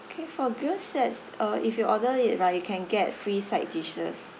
for girls sets uh if you order it right you can get free side dishes